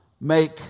make